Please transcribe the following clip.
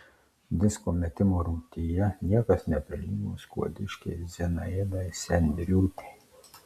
disko metimo rungtyje niekas neprilygo skuodiškei zinaidai sendriūtei